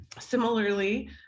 Similarly